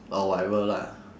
or whatever lah